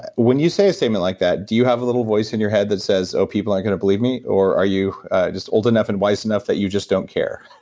when you say a statement like that, do you have a little voice in your head that says, oh, people aren't going to believe me, or are you a just old enough and wise enough that you just don't care?